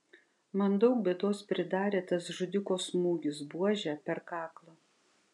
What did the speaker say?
man daug bėdos pridarė tas žudiko smūgis buože per kaklą